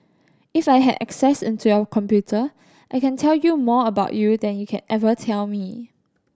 if I had access into your computer I can tell you more about you than you can ever tell me